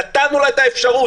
נתנו לה את האפשרות.